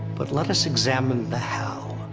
but let us examine the how,